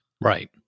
Right